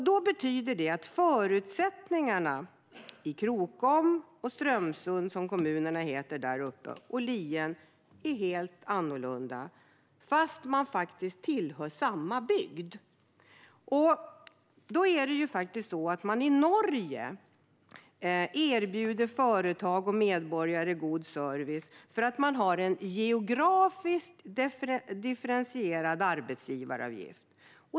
Det betyder att förutsättningarna i Krokom och Strömsund, som kommunerna heter där uppe, och Lierne är helt olika fast man faktiskt tillhör samma bygd. I Norge erbjuder man företag och medborgare god service för att man har en geografiskt differentierad arbetsgivaravgift.